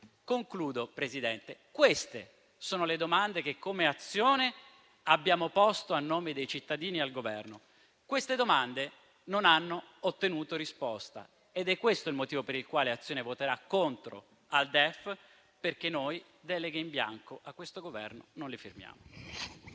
Signor Presidente, queste sono le domande che, come Azione, abbiamo posto a nome dei cittadini al Governo. Queste domande non hanno ottenuto risposta ed è questo il motivo per il quale Azione voterà contro il DEF: perché noi deleghe in bianco a questo Governo non le firmiamo.